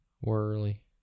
Worley